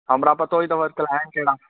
अमरा पतो ई अथव अॼुकल्ह आहिनि कहिड़ा